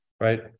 right